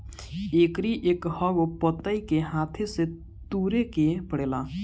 एकरी एकहगो पतइ के हाथे से तुरे के पड़ेला